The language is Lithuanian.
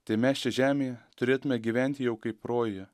tai mes čia žemėje turėtume gyventi jau kaip rojuje